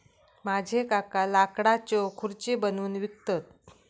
माझे काका लाकडाच्यो खुर्ची बनवून विकतत